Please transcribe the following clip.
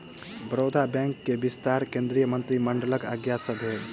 Baroda bank में विस्तार केंद्रीय मंत्रिमंडलक आज्ञा सँ भेल